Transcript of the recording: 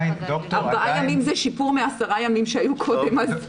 ארבעה ימים זה שיפור מעשרה ימים שהיו קודם.